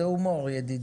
זה הומור ידידי.